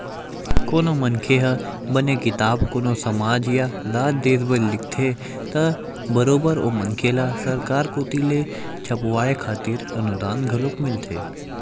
कोनो मनखे ह बने किताब कोनो समाज या राज देस बर लिखथे त बरोबर ओ मनखे ल सरकार कोती ले छपवाय खातिर अनुदान घलोक मिलथे